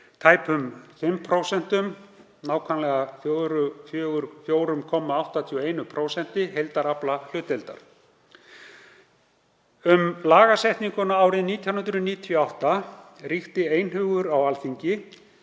tæpum 5%, nákvæmlega 4,81% heildaraflahlutdeildar. Um lagasetninguna árið 1998 ríkti einhugur á Alþingi